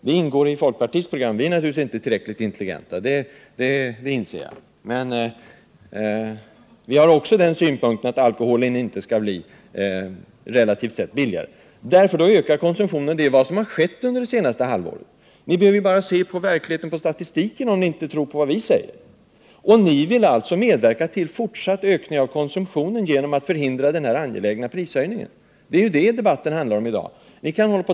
Det ingår också i folkpartiets program, men att vi på det hållet naturligtvis inte anses tillräckligt intelligenta, det inser jag. Vi anser att alkoholen relativt sett inte får bli billigare, för då ökar konsumtionen, och det är ju vad som skett under det senaste halvåret. Ni behöver bara se på verkligheten sådan den framgår av statistiken, om ni inte tror på vad vi säger. Ni vill alltså medverka till en fortsatt ökning av konsumtionen genom att förhindra denna så angelägna prishöjning. Det är ju detta som debatten i dag handlar om.